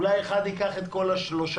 אולי אחד ייקח את כל השלושה,